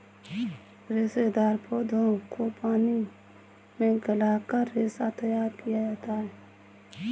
रेशेदार पौधों को पानी में गलाकर रेशा तैयार किया जाता है